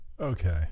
Okay